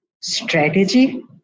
strategy